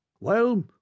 Well